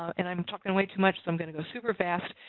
and i'm talking way too much so i'm going to go super fast.